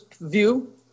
view